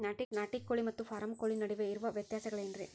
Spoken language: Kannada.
ನಾಟಿ ಕೋಳಿ ಮತ್ತ ಫಾರಂ ಕೋಳಿ ನಡುವೆ ಇರೋ ವ್ಯತ್ಯಾಸಗಳೇನರೇ?